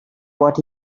what